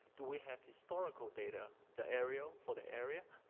do we have historical data the area for the area?